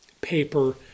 paper